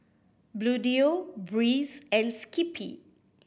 Bluedio Breeze and Skippy